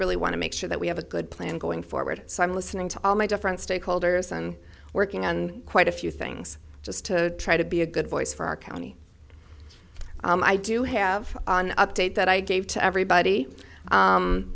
really want to make sure that we have a good plan going forward so i'm listening to all my different stakeholders and working on quite a few things just to try to be a good voice for our county i do have on update that i gave to everybody